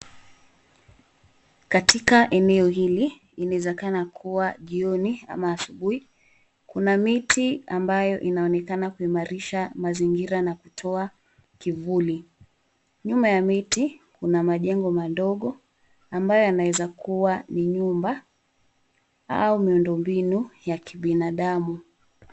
Katika eneo hili inawezekana kuwa jioni ama asubuhi. Kuna miti ambayo inaonekana kuimarisha mazingira na kutoa kivuli. Nyuma ya miti kuna majengo madogo ambayo yanaweza kuwa ni nyumba au miundombinu ya kibinadamu.